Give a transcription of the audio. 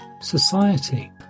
society